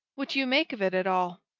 what do you make of it at all?